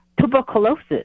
tuberculosis